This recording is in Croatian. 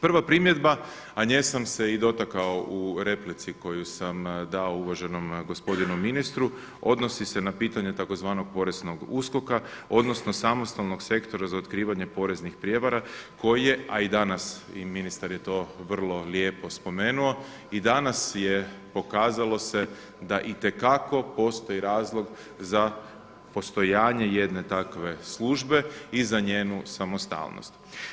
Prva primjedba, a nje sam se i dotakao u replici koju sam dao uvaženom gospodinu ministru, odnosi se na pitanje tzv. poreznog USKOK-a odnosno samostalnog sektora za otkrivanje poreznih prijevara koje, a i danas ministar je to vrlo lijepo spomenuo, i danas je pokazalo se da itekako postoji razlog za postojanje jedne takve službe i za njenu samostalnost.